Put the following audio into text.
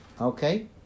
okay